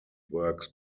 works